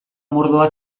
mordoa